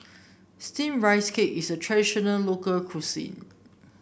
steamed Rice Cake is a traditional local cuisine